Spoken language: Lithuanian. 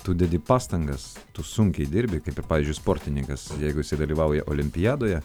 tu dedi pastangas sunkiai dirbi kaip ir pavyzdžiui sportininkas jeigu jisai dalyvauja olimpiadoje